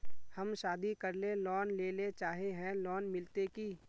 हम शादी करले लोन लेले चाहे है लोन मिलते की?